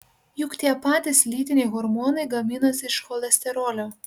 juk tie patys lytiniai hormonai gaminasi iš cholesterolio